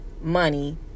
money